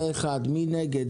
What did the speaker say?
מי נגד?